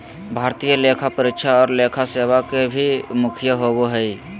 भारतीय लेखा परीक्षा और लेखा सेवा के भी मुखिया होबो हइ